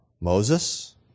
Moses